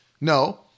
No